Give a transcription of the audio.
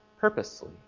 purposely